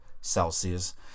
Celsius